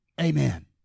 Amen